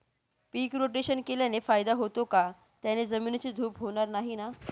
पीक rotation केल्याने फायदा होतो का? त्याने जमिनीची धूप होणार नाही ना?